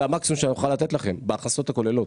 המקסימום שנוכל לתת לכם בהכנסות הכוללות,